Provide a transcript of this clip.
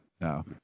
no